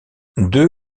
deux